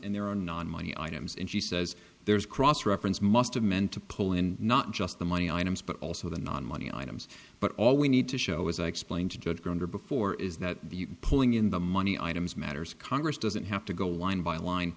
and there are non money items and she says there's cross reference must have meant to pull in not just the money items but also the non money items but all we need to show as i explained to judge grounder before is that the pulling in the money items matters congress doesn't have to go line by line